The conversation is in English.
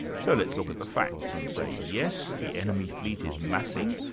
so let's look at the facts and say, yes, the enemy fleet is massing,